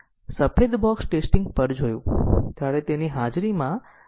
તેથી અમે આ 1 2 3 4 ને ક્રમાંકિત કર્યા છે અને 1 કંટ્રોલ માંથી 2 2 થી 3 સુધી આવી શકે છે